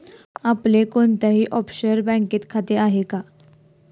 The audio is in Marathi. आपले कोणत्याही ऑफशोअर बँकेत खाते आहे का?